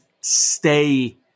stay